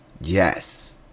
Yes